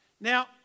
Now